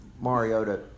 Mariota